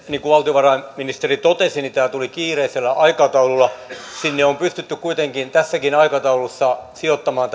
niin kuin valtiovarainministeri totesi tämä tuli kiireisellä aikataululla tähän lisäbudjettiin on pystytty kuitenkin tässäkin aikataulussa sijoittamaan